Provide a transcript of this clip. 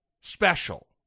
special